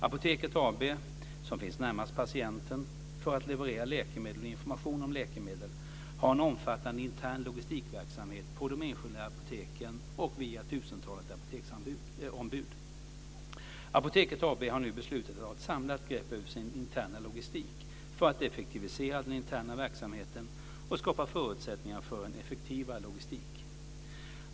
Apoteket AB, som finns närmast patienten för att leverera läkemedel och information om läkemedel, har en omfattande intern logistikverksamhet på de enskilda apoteken och via tusentalet apoteksombud. Apoteket AB har nu beslutat att ta ett samlat grepp över sin interna logistik för att effektivisera den interna verksamheten och skapa förutsättningar för effektivare logistik.